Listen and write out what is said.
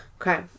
Okay